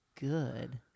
good